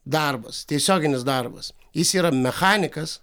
darbas tiesioginis darbas jis yra mechanikas